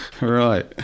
Right